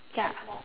ya